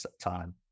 time